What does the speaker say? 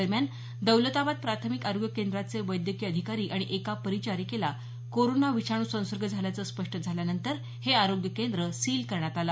दरम्यान दौलताबाद प्राथमिक आरोग्य केंद्राचे वैद्यकीय अधिकारी आणि एका परिचारिकेला कोरोना विषाणू संसर्ग झाल्याचं स्पष्ट झाल्यानंतर हे आरोग्य केंद्र सील करण्यात आलं